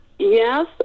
Yes